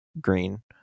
green